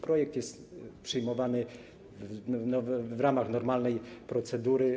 Projekt jest przyjmowany w ramach normalnej procedury.